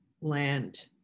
land